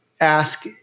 ask